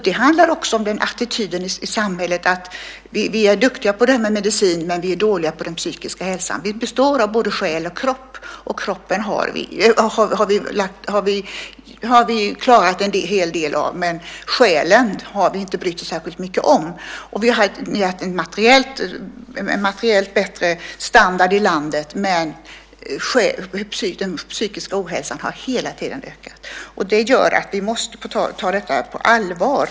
Det handlar också om attityden i samhället. Vi är duktiga på medicin men vi är dåliga på den psykiska hälsan. Vi består av både själ och kropp. När det gäller kroppen har vi klarat en hel del, men själen har vi inte brytt oss särskilt mycket om. Vi har en materiellt bättre standard i landet men den psykiska ohälsan har hela tiden ökat. Det gör att vi måste ta detta på allvar.